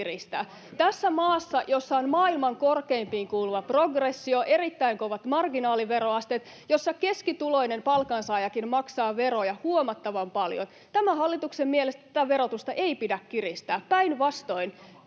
tässä maassa, jossa on maailman korkeimpiin kuuluva progressio, erittäin kovat marginaaliveroasteet, jossa keskituloinen palkansaajakin maksaa veroja huomattavan paljon. Tämän hallituksen mielestä tätä verotusta ei pidä kiristää, päinvastoin